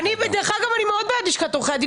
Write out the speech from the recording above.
דרך אגב, אני מאוד בעד לשכת עורכי הדין.